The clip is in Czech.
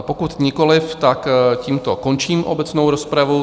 Pokud nikoli, tak tímto končím obecnou rozpravu.